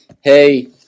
hey